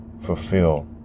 fulfill